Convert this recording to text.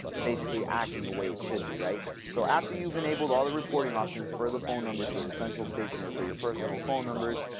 basically acting the way it should be, right. so after you've enabled all the reporting options for the phone numbers, for the central station, or for your personal phone numbers,